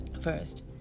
First